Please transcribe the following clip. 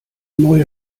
neue